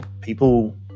people